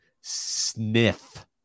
sniff